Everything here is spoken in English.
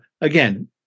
again